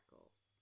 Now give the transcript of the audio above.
Goals